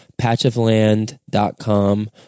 patchofland.com